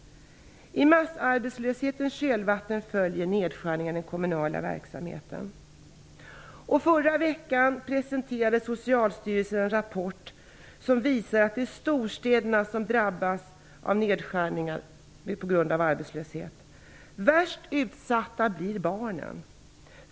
I massarbetslöshetens kölvatten följer nedskärningar i den kommunala verksamheten. Förra veckan presenterade Socialstyrelsen en rapport som visar att det är storstäderna som drabbas av nedskärningar på grund av arbetslösheten. Värst utsatta är barnen.